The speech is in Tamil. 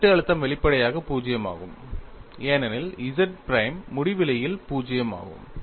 வெட்டு அழுத்தம் வெளிப்படையாக 0 ஆகும் ஏனெனில் Z பிரைம் முடிவிலியில் 0 ஆகும்